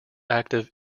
active